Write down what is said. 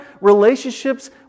relationships